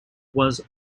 was